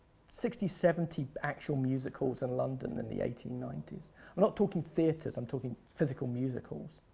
sixty, seventy actual musicals in london in the eighteen ninety s. we're not talking theaters. i'm talking physical musicals.